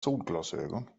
solglasögon